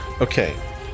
okay